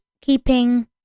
keeping